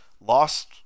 lost